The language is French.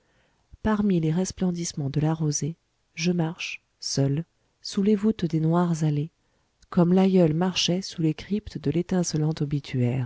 parmi les resplendissements de la rosée je marche seul sous les voûtes des noires allées comme l'aïeul marchait sous les cryptes de